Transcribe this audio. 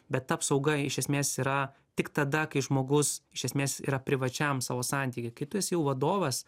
bet ta apsauga iš esmės yra tik tada kai žmogus iš esmės yra privačiam savo santykį kitas tu esi jau vadovas